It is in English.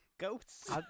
goats